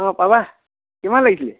অ' পাবা কিমান লাগিছিলে